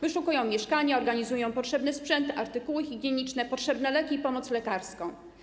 Wyszukują mieszkania, organizują potrzebny sprzęt, artykuły higieniczne, potrzebne leki i pomoc lekarską.